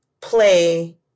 play